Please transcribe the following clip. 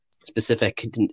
specific